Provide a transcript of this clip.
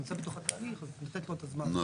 נכון.